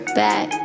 back